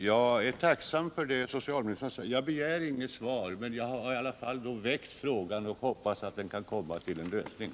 Herr talman! Jag begär inget svar, men jag har i alla fall ställt frågan och hoppas att vi kan komma fram till en lösning.